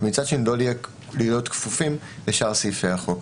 מצד שני, לא להיות כפופים לשאר סעיפי החוק.